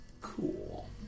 Cool